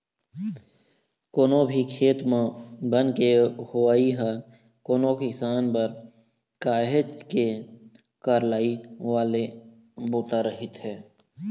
कोनो भी खेत म बन के होवई ह कोनो किसान बर काहेच के करलई वाले बूता रहिथे